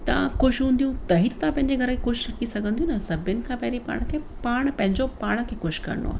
तव्हां ख़ुशि हूंदियूं त ही तव्हां पंहिंजे घर खे ख़ुशि रखे सघंदियूं न सभिनि खां पहिरी पाण खे पाण पंहिंजो पाण खे ख़शि करिणो आहे